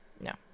no